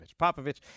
Popovich